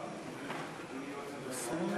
20), התשע"ה